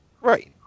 Right